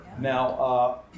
now